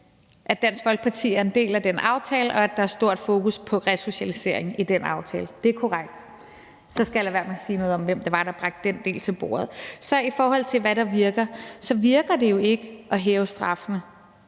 at Dansk Folkeparti er en del af den aftale, og at der er et stort fokus på resocialisering i den aftale. Det er korrekt. Så skal jeg lade være med at sige noget om, hvem det var, der bragte den del til bordet. I forhold til hvad der virker, virker det jo ikke at hæve straffene.